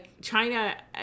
China